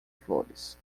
flores